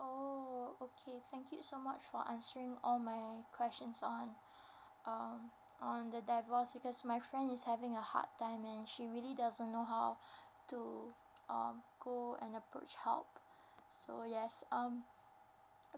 oh okay thank you so much for answering all my question so on um on the divorce because my friend is having a hard time and she really doesn't know (o um go and approach help so yes um